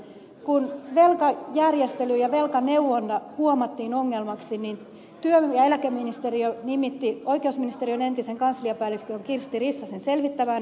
kun velkajärjestely ja velkaneuvonta huomattiin ongelmaksi niin työ ja eläkeministeriö nimitti oikeusministeriön entisen kansliapäällikön kirsti rissasen selvittämään asiaa